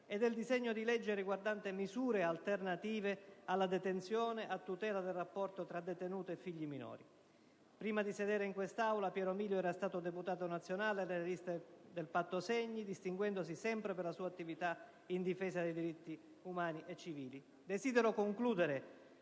e del disegno di legge riguardante misure alternative alla detenzione, a tutela del rapporto tra detenute e figli minori. Prima di sedere in quest'Aula, Piero Milio era stato deputato nazionale, eletto nelle liste del Patto Segni, distinguendosi sempre per la sua attività in difesa dei diritti umani e civili.